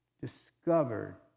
Discovered